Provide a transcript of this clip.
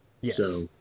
Yes